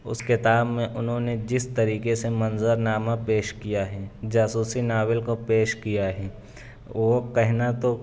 اس کتاب میں انہوں نے جس طریقے سے منظرنامہ پیش کیا ہے جاسوسی ناول کو پیش کیا ہے وہ کہنا تو